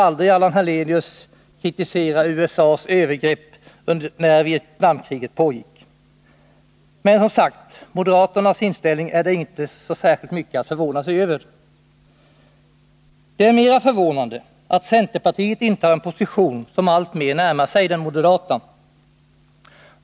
aldrig Allan Hernelius kritisera USA:s övergrepp isamband med Vietnamkriget. Men, som sagt, när det gäller moderaternas inställning finns det inte särskilt mycket att förvåna sig över. Det är mera förvånande att centerpartiet intar en position som alltmer närmar sig den moderata.